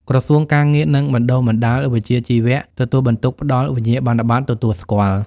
ក្រសួងការងារ និងបណ្តុះបណ្តាលវិជ្ជាជីវៈ ទទួលបន្ទុកផ្តល់វិញ្ញាបនបត្រទទួលស្គាល់។